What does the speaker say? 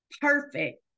perfect